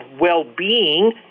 well-being